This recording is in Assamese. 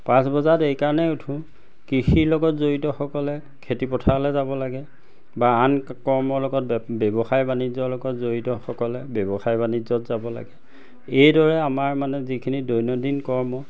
পাঁচ বজাত এইকাৰণেই উঠোঁ কৃষিৰ লগত জড়িতসকলে খেতি পথাৰলে যাব লাগে বা আন কৰ্মৰ লগত ব্যৱসায় বাণিজ্যৰ লগত জড়িতসকল ব্যৱসায় বাণিজ্যত যাব লাগে এইদৰে আমাৰ মানে যিখিনি দৈনন্দিন কৰ্ম